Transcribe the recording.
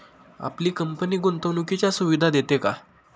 आपली कंपनी गुंतवणुकीच्या सुविधा देते का?